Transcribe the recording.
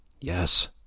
Yes